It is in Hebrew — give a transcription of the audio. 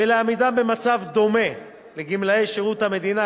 ולהעמידם במצב דומה לגמלאי שירות המדינה,